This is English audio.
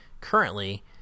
currently